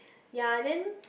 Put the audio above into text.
ya then